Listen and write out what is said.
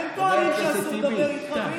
הם טוענים שאסור לדבר איתך,